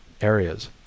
areas